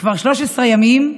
כבר 13 ימים,